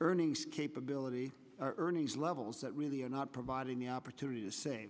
earnings capability earnings levels that really are not providing the opportunity to sa